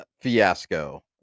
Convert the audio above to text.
fiasco